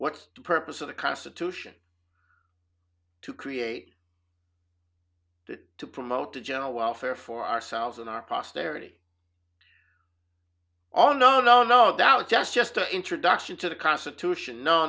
what's the purpose of the constitution to create to promote the general welfare for ourselves and our posterity on no no no doubt just just a introduction to the constitution no